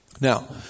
Now